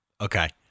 Okay